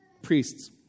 priests